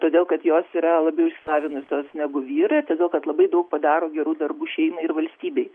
todėl kad jos yra labiau išsilavinusios negu vyrai ir todėl kad labai daug padaro gerų darbų šeimai ir valstybei